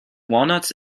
walnuts